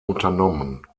unternommen